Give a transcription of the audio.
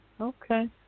Okay